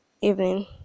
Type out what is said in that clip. evening